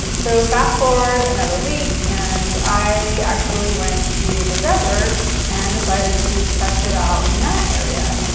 so, fast forward another week and i actually went to the desert and decided to test it out in that area.